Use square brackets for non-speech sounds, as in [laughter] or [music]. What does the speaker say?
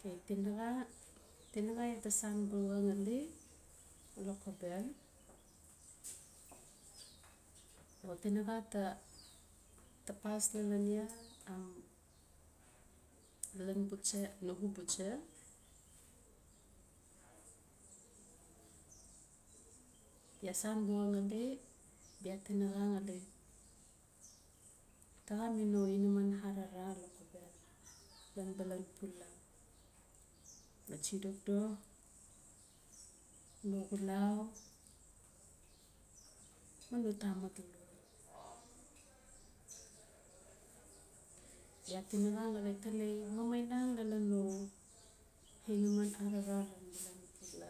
Okay, tinaxa-tinaxa iaa ta san buxa ngali lokobel o tinaxa ta tapas lalon iaa, [hesitation] lalon buta, nugu butsa iaa san buxa ngali bia tinaxa ngali taxa mi no inaman arara lokobel, lan balan pula. No tsi dokdok no xulau, ma no tamat luot. bia tinaxa ngali tali mamainang lalon no inaman arara lan balan pul.